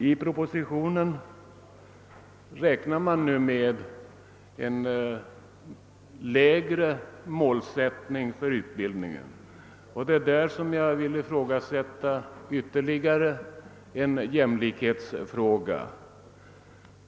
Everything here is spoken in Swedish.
I propositionen anger man emellertid nu en lägre målsättning för utbildningen, och jag vill därför aktualisera ytter ligare en jämlikhetsfråga.